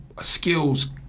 skills